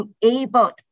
enabled